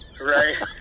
Right